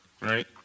right